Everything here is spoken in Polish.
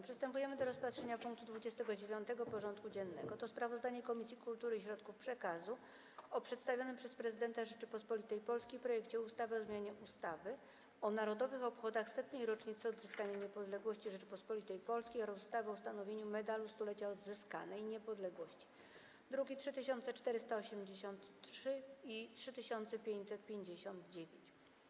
Przystępujemy do rozpatrzenia punktu 29. porządku dziennego: Sprawozdanie Komisji Kultury i Środków Przekazu o przedstawionym przez Prezydenta Rzeczypospolitej Polskiej projekcie ustawy o zmianie ustawy o Narodowych Obchodach Setnej Rocznicy Odzyskania Niepodległości Rzeczypospolitej Polskiej oraz ustawy o ustanowieniu Medalu Stulecia Odzyskanej Niepodległości (druki nr 3483 i 3559)